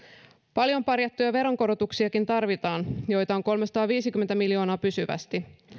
paljon parjattuja veronkorotuksiakin tarvitaan joita on kolmesataaviisikymmentä miljoonaa pysyvästi